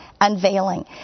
unveiling